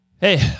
Hey